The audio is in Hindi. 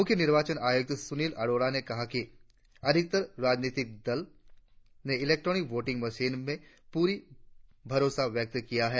मुख्य निर्वाचन आयुक्त सुनिल अरोड़ा ने कहा है कि अधिकतर राजनीतिक दलों ने इलेक्ट्रॉनिक वोटिंग मशीन में पूरा भरोसा व्यक्त किया है